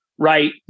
Right